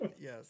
Yes